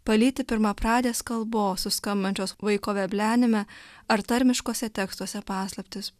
palyti pirmapradės kalbos suskambančios vaiko veblenime ar tarmiškuose tekstuose paslaptis